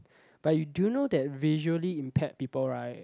but you do you know that visually impaired people right